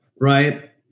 right